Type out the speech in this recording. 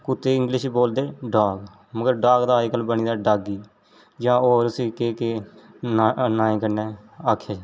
कुत्ते ई इंग्लिश च बोलदे डॉग मगर डॉग दा अज्ज कल बनी दा डॉगी जां होर उसी केह् केह् नांऽ नांएं कन्नै आखेआ जन्दा